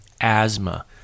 asthma